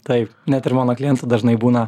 taip net ir mano klientai dažnai būna